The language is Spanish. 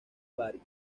bari